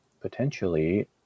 potentially